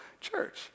church